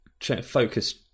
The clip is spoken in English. Focus